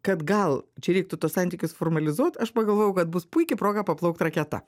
kad gal čia reiktų tuos santykius formalizuot aš pagalvojau kad bus puiki proga paplaukt raketa